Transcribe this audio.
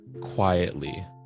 quietly